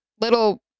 little